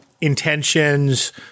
intentions